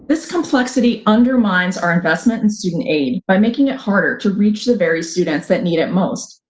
this complexity undermines our investment in student aid by making it harder to reach the very students that need it most.